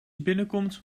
binnenkomt